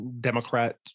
Democrat